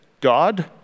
God